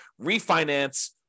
refinance